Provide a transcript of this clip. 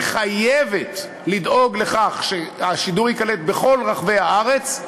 היא חייבת לדאוג לכך שהשידור ייקלט בכל רחבי הארץ,